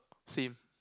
same